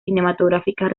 cinematográficas